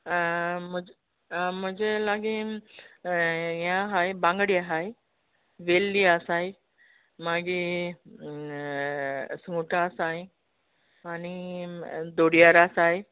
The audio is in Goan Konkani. म्हजे म्हजे लागीं हे आहाय बांगडे हाय वेल्ली आसाय मागी सुंगटां आसाय आनी धोडयार आसाय